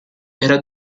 era